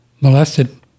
molested